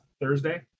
thursday